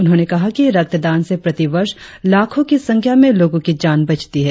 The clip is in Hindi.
उन्होंने कहा कि रक्तदान से प्रति वर्ष लाखों की संख्या में लोगों की जान बचती है